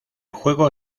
juego